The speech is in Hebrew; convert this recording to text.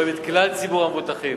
הם רואים את כלל ציבור המבוטחים,